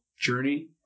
journey